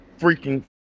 freaking